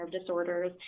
disorders